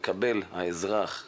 מקבל האזרח סמס,